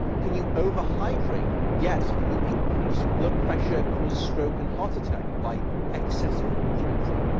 can you overhydrate? yes. can you increase blood pressure, cause stroke and heart attack by excessive water intake?